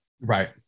Right